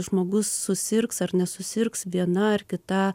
žmogus susirgs ar nesusirgs viena ar kita